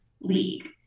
league